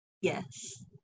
Yes